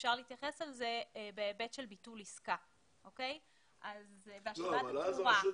אפשר להתייחס לזה בהיבט של ביטול עסקה והשבת התמורה.